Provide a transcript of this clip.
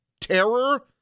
terror